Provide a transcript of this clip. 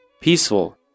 Peaceful